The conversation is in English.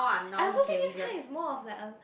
I also think this kind is more of like a